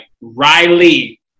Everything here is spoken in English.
Riley